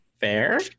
Fair